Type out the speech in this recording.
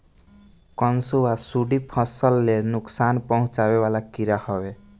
कंसुआ, सुंडी फसल ले नुकसान पहुचावे वाला कीड़ा हवे